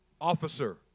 Officer